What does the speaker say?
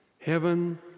Heaven